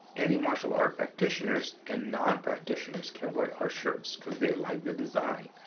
any martial art practitioners and non practitioners can wear our shirts cause they like the design.